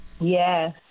Yes